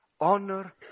honor